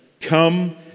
come